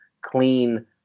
clean